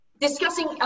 discussing